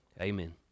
Amen